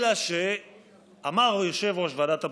אלא שאמר יושב-ראש ועדת הבחירות,